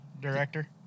director